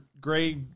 gray